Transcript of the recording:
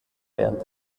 während